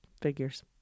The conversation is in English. Figures